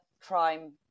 crime